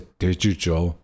digital